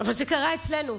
אבל זה קרה אצלנו,